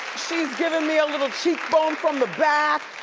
she's givin' me a little cheekbone from the back.